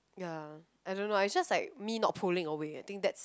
ya I don't know I just like me not pulling over yet think that